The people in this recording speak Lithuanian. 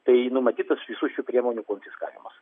tai numatytas visų šių priemonių konfiskavimas